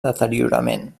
deteriorament